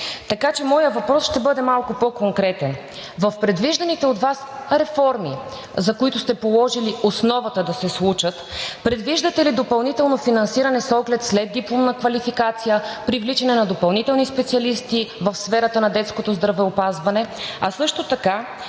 така че моят въпрос ще бъде малко по-конкретен. В предвижданите от Вас реформи, за които сте положили основата да се случат, предвиждате ли допълнително финансиране с оглед следдипломна квалификация, привличане на допълнителни специалисти в сферата на детското здравеопазване, а също така,